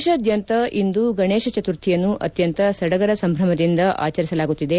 ದೇಶಾದ್ಯಂತ ಇಂದು ಗಣೇಶ ಚತುರ್ಥಿಯನ್ನು ಅತ್ಯಂತ ಸಡಗರ ಸಂಭ್ರಮದಿಂದ ಆಚರಿಸಲಾಗುತ್ತಿದೆ